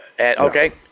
Okay